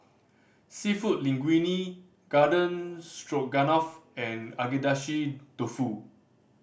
Seafood Linguine Garden Stroganoff and Agedashi Dofu